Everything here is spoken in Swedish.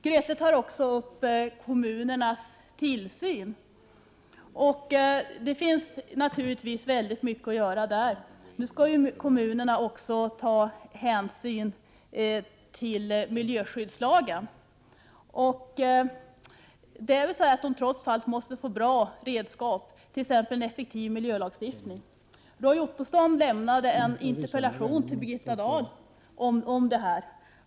Grethe Lundblad tar också upp frågan om kommunernas tillsyn. Det finns naturligtvis mycket att göra på det området. Nu skall kommunerna också ta hänsyn till miljöskyddslagen. Då måste de få bra redskap, t.ex. en effektiv miljölagstiftning. Roy Ottosson framställde en interpellation till Birgitta Dahl om detta.